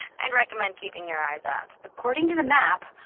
i'd recommend keeping your eyes up according to the map,